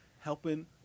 helping